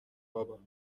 بابا